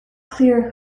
clear